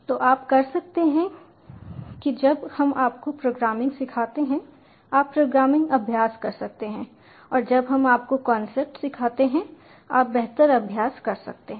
तो आप कर सकते हैं कि जब हम आपको प्रोग्रामिंग सिखाते हैं आप प्रोग्रामिंग अभ्यास कर सकते हैं और जब हम आपको कंसेप्ट सिखाते हैं आप बेहतर अभ्यास कर सकते हैं